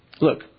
look